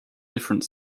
different